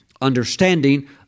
understanding